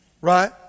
right